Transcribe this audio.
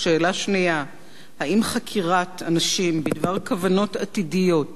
2. האם חקירת אנשים בדבר כוונות עתידיות,